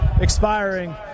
expiring